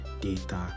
data